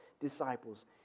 disciples